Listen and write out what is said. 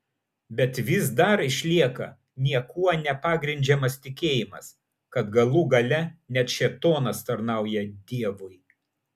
bet vis dar išlieka niekuo nepagrindžiamas tikėjimas kad galų gale net šėtonas tarnauja dievui